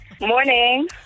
Morning